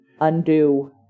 undo